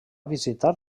visitar